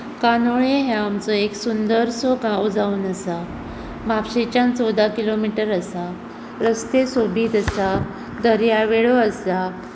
कांदोळे हो आमचो एक सुंदर सो गांव जावन आसा म्हापशेच्यान चवदा किलोमिटर आसा रस्ते सोबीत आसात दर्यावेळो आसात